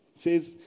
says